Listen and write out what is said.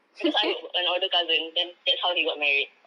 because I got an older cousin and that's how he got married